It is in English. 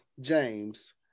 James